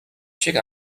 check